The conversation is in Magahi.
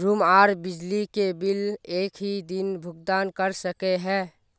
रूम आर बिजली के बिल एक हि दिन भुगतान कर सके है?